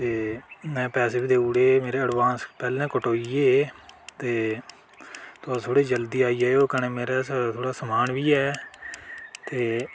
ते में पैसे बी देई ओड़े मेरे ऐडबांस पैह्ले कटोई गे ते तुस थोह्ड़ी जल्दी आई जाएओ कन्नै मेरे शा थोह्ड़ा समान बी ऐ ते